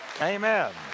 Amen